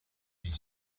پیش